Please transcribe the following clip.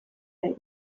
ere